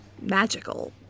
magical